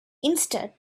instead